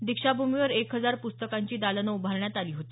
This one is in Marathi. दीक्षाभूमीवर एक हजार प्रस्तकांची दालनं उभारण्यात आली होती